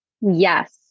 Yes